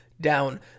down